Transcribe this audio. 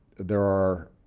there are